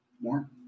More